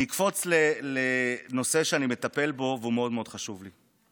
אני אקפוץ לנושא שאני מטפל בו והוא מאוד חשוב לי,